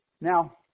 Now